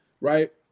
right